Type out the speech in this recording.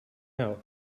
out